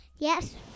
Yes